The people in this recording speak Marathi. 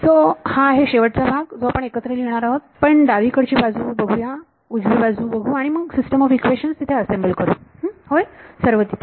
सो हाआहे शेवटचा भाग जो आपण एकत्र लिहिणार आहोत पण डावीकडची बाजू बघूया उजवी बाजू बघू आणि सिस्टम ऑफ इक्वेशन्स तिथे असेंबल करू होय सर्व तिथे